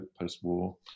post-war